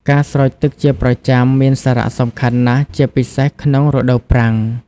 ការស្រោចទឹកជាប្រចាំមានសារៈសំខាន់ណាស់ ជាពិសេសក្នុងរដូវប្រាំង។